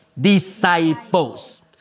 Disciples